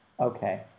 Okay